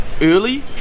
early